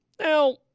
Now